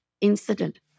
incident